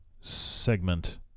segment